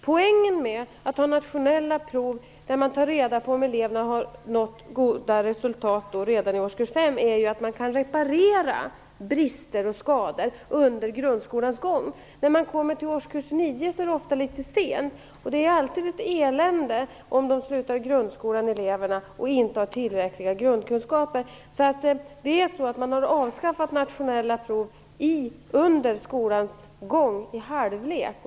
Poängen med att ha nationella prov där man tar reda på om eleverna har nått goda resultat redan i årskurs 5 är att man kan reparera brister och skador under grundskolans gång. När man kommer till årskurs 9 är det ofta litet sent. Det är alltid ett elände om eleverna slutar grundskolan och inte har tillräckliga grundkunskaper. Man har avskaffat nationella prov under skolans gång, i halvlek.